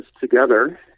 together